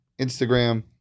Instagram